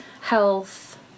health